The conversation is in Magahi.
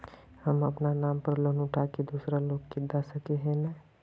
हम अपना नाम पर लोन उठा के दूसरा लोग के दा सके है ने